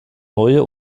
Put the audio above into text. neue